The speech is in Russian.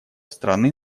страны